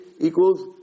equals